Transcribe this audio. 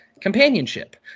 companionship